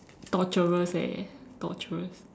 torturous eh torturous